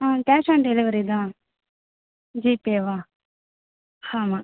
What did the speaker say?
ah cash on delivery தான் ஜிபேவா ஆமாம்